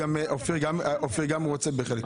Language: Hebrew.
אופיר גם רוצה בחלק מהסעיפים.